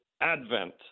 ADVENT